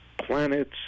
planets